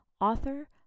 author